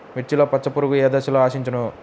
మిర్చిలో పచ్చ పురుగు ఏ దశలో ఆశించును?